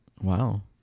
Wow